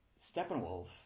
Steppenwolf